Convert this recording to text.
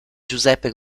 giuseppe